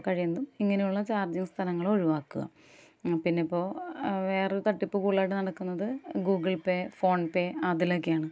കഴിയുന്നതും ഇങ്ങനെയുള്ള ചാർജിങ്ങ് സ്ഥലങ്ങൾ ഒഴിവാകെകെ പിന്നെ ഇപ്പോൾ വേറൊരു തട്ടിപ്പ് കൂടുതലായിട്ട് നടക്കുന്നത് ഗൂഗിൾ പേ ഫോൺപേ അതിലൊക്കെയാണ്